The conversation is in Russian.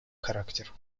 характер